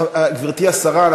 גברתי השרה,